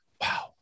Wow